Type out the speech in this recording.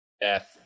death